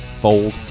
Fold